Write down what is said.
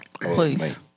Please